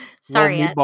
sorry